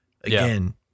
Again